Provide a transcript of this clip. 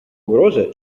угроза